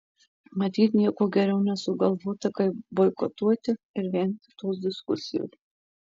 matyt nieko geriau nesugalvota kaip boikotuoti ir vengti tos diskusijos